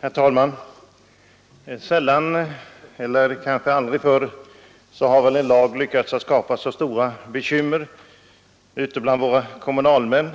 Herr talman! Sällan eller kanske aldrig förr har väl en lag lyckats skapa så stora bekymmer för kommunalmännen